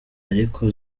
ariko